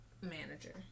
manager